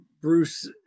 Bruce